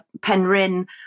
Penryn